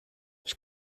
ich